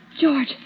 George